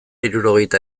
hirurogeita